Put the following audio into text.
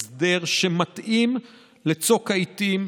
הסדר שמתאים לצוק העיתים,